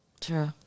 True